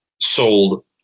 sold